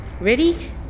Ready